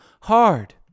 hard